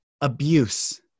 abuse